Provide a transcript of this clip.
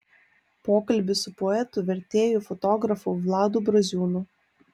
pokalbis su poetu vertėju fotografu vladu braziūnu